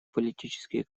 политические